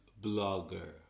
Blogger